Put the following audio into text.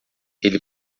ele